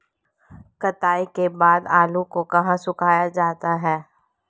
कटाई के बाद आलू को कहाँ सुखाया जाता है?